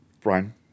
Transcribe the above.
Brian